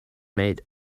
made